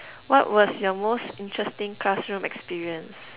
what was your most interesting classroom experience